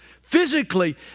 Physically